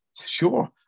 sure